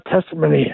testimony